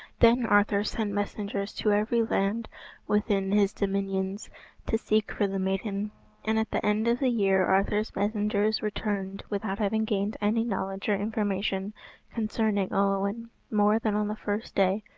then arthur sent messengers to every land within his dominions to seek for the maiden and at the end of the year arthur's messengers returned without having gained any knowledge or information concerning olwen more than on the first day.